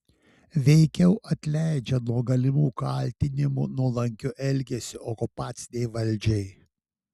veikiau atleidžia nuo galimų kaltinimų nuolankiu elgesiu okupacinei valdžiai